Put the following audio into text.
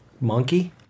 monkey